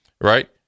right